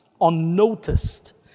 unnoticed